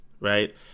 Right